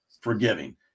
forgiving